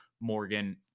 Morgan